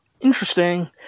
Interesting